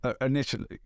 initially